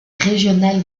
régionale